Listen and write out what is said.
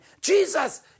Jesus